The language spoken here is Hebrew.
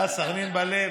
אה, סח'נין בלב.